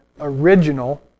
original